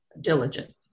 diligent